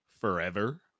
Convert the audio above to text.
forever